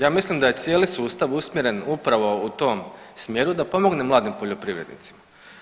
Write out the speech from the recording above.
Ja mislim da je cijeli sustav usmjeren upravo u tom smjeru da pomogne mladim poljoprivrednicima.